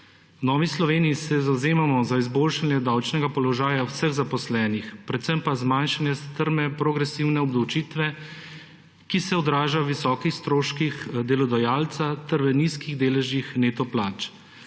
V Novi Sloveniji se zavzemamo za izboljšanje davčnega položaja vseh zaposlenih, predvsem pa zmanjšanje strme progresivne obdavčitve, ki se odraža v visokih stroških delodajalca ter v nizkih deležih neto plač.